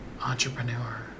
entrepreneur